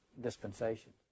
dispensation